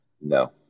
No